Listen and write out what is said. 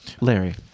Larry